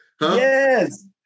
Yes